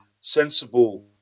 sensible